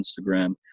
Instagram